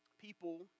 people